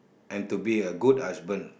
and to be a good husband